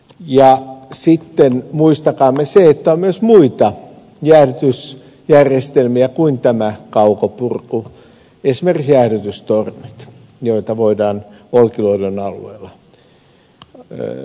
ja sitten muistakaamme se että on myös muita jäähdytysjärjestelmiä kuin tämä kaukopurku esimerkiksi jäähdytystornit joita voidaan olkiluodon alueella soveltaa